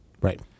Right